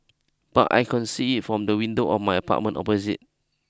but I can see it from the window of my apartment opposite